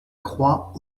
croix